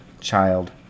child